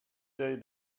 day